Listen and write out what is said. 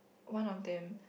one of them